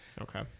okay